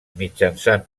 mitjançant